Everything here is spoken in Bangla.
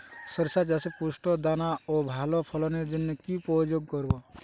শরিষা চাষে পুষ্ট দানা ও ভালো ফলনের জন্য কি প্রয়োগ করব?